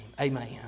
Amen